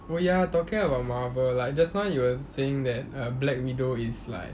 oh ya talking about Marvel like just you were saying that err black widow is like